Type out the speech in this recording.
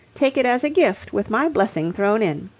take it as a gift with my blessing thrown in.